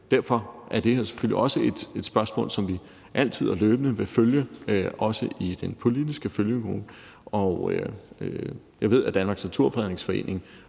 klart, at det her selvfølgelig er et spørgsmål, som vi altid og løbende vil følge, også i den politiske følgegruppe, og jeg ved, at Danmarks Naturfredningsforening